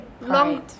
long